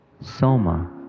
soma